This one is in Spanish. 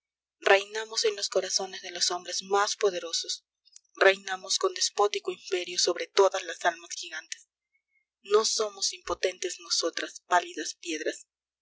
reinamos en los corazones de los hombres más poderosos reinamos con despótico imperio sobre todas las almas gigantes no somos impotentes nosotras pálidas piedras